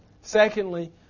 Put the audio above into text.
Secondly